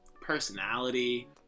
personality